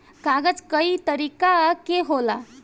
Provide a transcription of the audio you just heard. कागज कई तरीका के होला